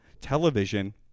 television